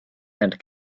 and